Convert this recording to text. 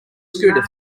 scooter